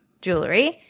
jewelry